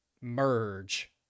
merge